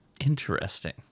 Interesting